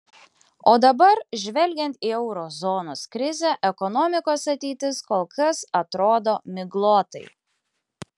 o dabar žvelgiant į euro zonos krizę ekonomikos ateitis kol kas atrodo miglotai